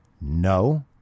No